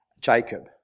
Jacob